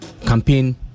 campaign